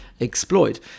exploit